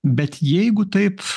bet jeigu taip